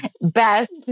best